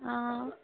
অঁ